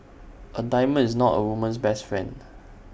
A diamond is not A woman's best friend